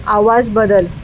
आवाज बदल